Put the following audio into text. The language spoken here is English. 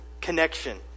Connection